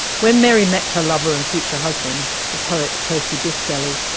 when mary met her lover and future husband, the poet percy bysshe shelley,